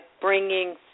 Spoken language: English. bringing